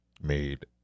made